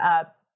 up